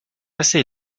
assez